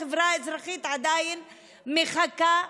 החברה האזרחית עדיין מחכה,